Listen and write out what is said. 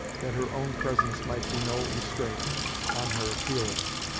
that her own presence might be no restraint on her feelings.